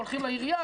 הולכים לעירייה,